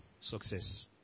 success